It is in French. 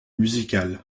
musical